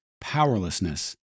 powerlessness